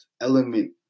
element